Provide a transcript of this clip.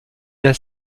d’un